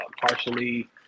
partially